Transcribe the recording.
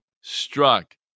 struck